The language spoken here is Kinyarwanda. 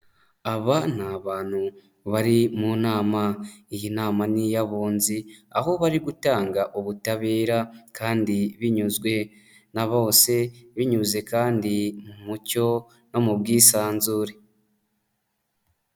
Aba ni abantu bari mu nama. Iyi nama ni iy'abunzi, aho bari gutanga ubutabera kandi binyuzwe na bose, binyuze kandi mu mucyo no mu bwisanzure.